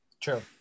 True